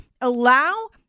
allow